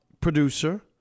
producer